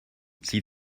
zieh